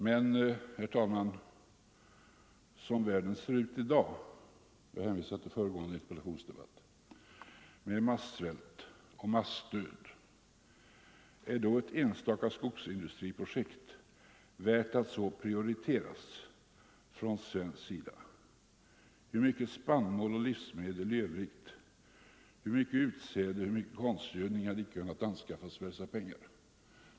Men, herr talman, som världen ser ut i dag — jag hänvisar till föregående interpellationsdebatt — med massvält och massdöd, är då ett enstaka skogsindustriprojekt värt att så prioriteras från svensk sida? Hur mycket spannmål och livsmedel i övrigt, hur mycket utsäde och konstgödning hade icke kunnat anskaffas för dessa pengar?